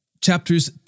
Chapters